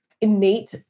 innate